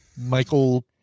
Michael